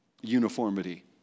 uniformity